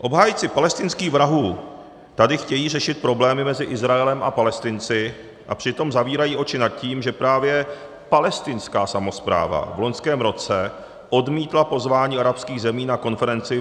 Obhájci palestinských vrahů tady chtějí řešit problémy mezi Izraelem a Palestinci a přitom zavírají oči nad tím, že právě palestinská samospráva v loňském roce odmítla pozvání arabských zemí na konferenci v Bahrajnu o mírovém plánu.